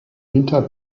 winter